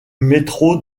métro